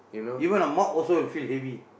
even a mug will also feel heavy